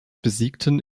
besiegten